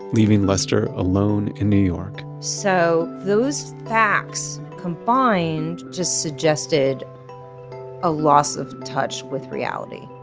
leaving lester alone in new york so those facts combined just suggested a loss of touch with reality